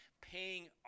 paying